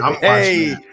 hey